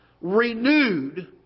renewed